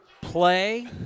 play